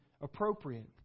appropriate